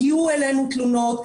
הגיעו אלינו תלונות,